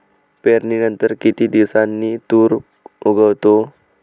पेरणीनंतर किती दिवसांनी तूर उगवतो?